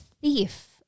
thief